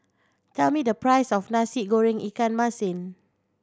tell me the price of Nasi Goreng ikan masin